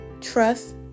trust